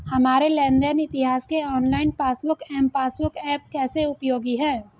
हमारे लेन देन इतिहास के online passbook M passbook app कैसे उपयोगी है?